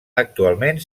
actualment